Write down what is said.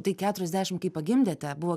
tai keturiasdešim kaip pagimdėte buvo